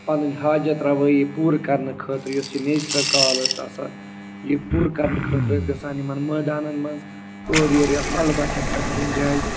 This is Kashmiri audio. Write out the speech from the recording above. پَنٕنۍ حاجت روٲیی پوٗرٕ کَرنہٕ خٲطرٕ یُس یہِ نیچرَل کال ٲس آسان یہِ پوٗرٕ کَرنہٕ خٲطرٕ ٲسۍ گژھان یِمَن مٲدانَن منٛز اورٕ یور یا کۄلہٕ بَٹھٮ۪ن پٮ۪ٹھ کُنہِ جایہِ